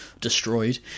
destroyed